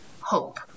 hope